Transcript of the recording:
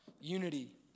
unity